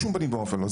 בשום פנים ואופן לא.